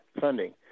funding